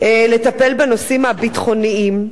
לטפל בנושאים הביטחוניים,